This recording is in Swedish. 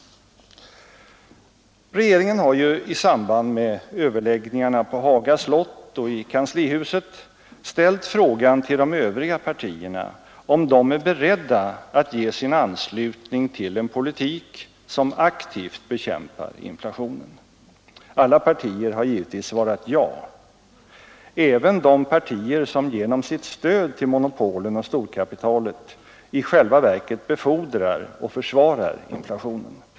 Regeringen har ju i samband med överläggningarna på Haga slott och i kanslihuset ställt frågan till de övriga partierna om de är beredda att ge sin anslutning till en politik som aktivt bekämpar inflationen. Alla partier har givetvis svarat ja — även de partier som genom sitt stöd till monopolen och storkapitalet i själva verket befordrar och försvarar inflationen.